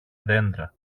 δέντρα